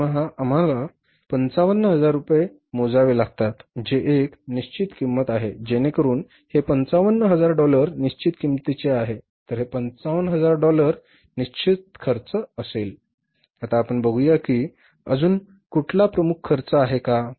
दरमहा आम्हाला 55000 रुपये मोजावे लागतात जे एक निश्चित किंमत आहे जेणेकरून हे 55००० डॉलर निश्चित किंमतीचे आहे तर हे 55000 डॉलर निश्चित खर्च आहे बरोबर आता आपण बघूया की अजून कुठला प्रमुख खर्च आहे का